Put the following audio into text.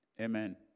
Amen